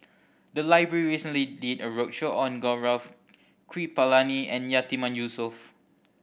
the library recently did a roadshow on Gaurav Kripalani and Yatiman Yusof